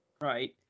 Right